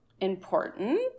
important